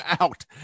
out